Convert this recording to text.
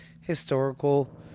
Historical